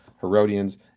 herodians